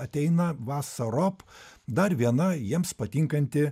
ateina vasarop dar viena jiems patinkanti